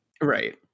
Right